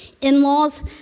In-laws